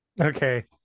okay